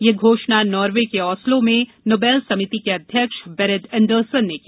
यह घोषणा नार्वे के ऑस्लोक में नोबेल समिति के अध्यक्ष बेरिड एंडरसन ने की